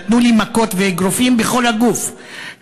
נתנו לי מכות ואגרופים בכל הגוף,